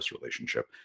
relationship